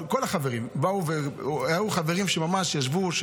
אם היינו מגישים אותו,